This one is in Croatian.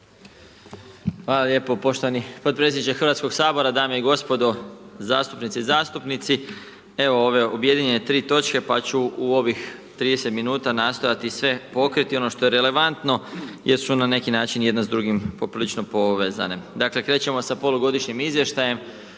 Hvala lijepo poštovani podpredsjedniče Hrvatskog sabora, dame i gospodo, zastupnice i zastupnici. Evo, ove objedinjenje tri točke, pa ću u ovih 30 minuta nastojati sve pokriti, ono što je relevantno jesu na neki način jedna s drugim poprilično povezane. Dakle krećemo sa polugodišnjim izvještajem.